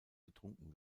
getrunken